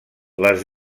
les